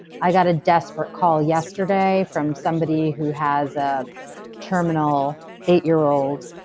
i got a desperate call yesterday from somebody who has a terminal eight-year-old